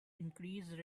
increased